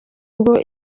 ngo